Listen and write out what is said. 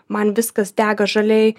man viskas dega žaliai